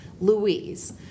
louise